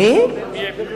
מי העביר את החוק?